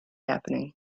happening